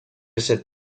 che